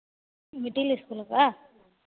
middle school का